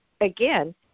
again